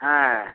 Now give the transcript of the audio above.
ஆ